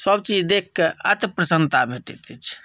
सभ चीज देखिकऽ अति प्रसन्नता भेटैत अछि